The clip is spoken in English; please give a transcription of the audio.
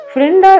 Friend